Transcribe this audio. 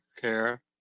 care